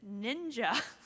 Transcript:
Ninja